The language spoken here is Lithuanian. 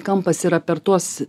kampas yra per tuos